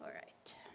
right.